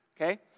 okay